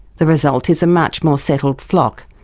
the result is a much more settled flock.